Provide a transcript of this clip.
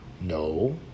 No